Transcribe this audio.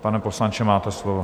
Pane poslanče, máte slovo.